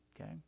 Okay